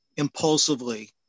impulsively